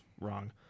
wrong